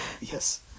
Yes